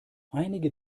einige